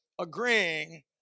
agreeing